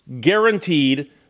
guaranteed